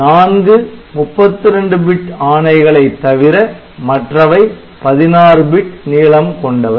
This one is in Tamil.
நான்கு 32 பிட் ஆணைகளை தவிர மற்றவை 16 பிட் நீளம் கொண்டவை